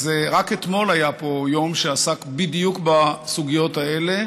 רק אתמול היה פה יום שעסק בדיוק בסוגיות האלה,